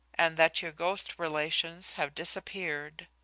and that your ghost relations have disappeared.